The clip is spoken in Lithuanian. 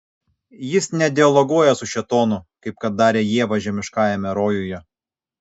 jis nedialoguoja su šėtonu kaip kad darė ieva žemiškajame rojuje